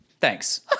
thanks